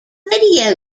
video